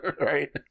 Right